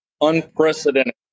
unprecedented